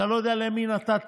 שאני לא יודע למי נתתי,